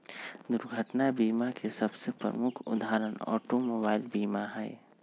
दुर्घटना बीमा के सबसे प्रमुख उदाहरण ऑटोमोबाइल बीमा हइ